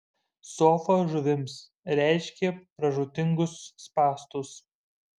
sofa žuvims reiškia pražūtingus spąstus